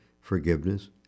forgiveness